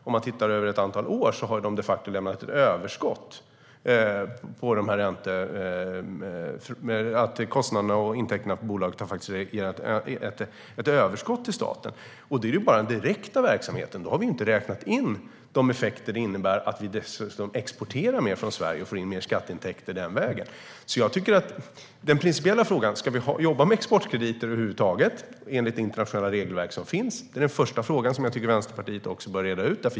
Ser man över ett antal år finner man att de de facto har lämnat ett överskott till staten, och då har vi ändå inte räknat in de effekter det innebär att vi får exportera mer från Sverige och får in mer skatteintäkter därigenom. Den principiella frågan är alltså om vi över huvud taget ska jobba med exportkrediter, enligt det internationella regelverk som finns. Den frågan tycker jag att Vänsterpartiet också bör reda ut.